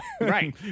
Right